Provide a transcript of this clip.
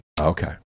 Okay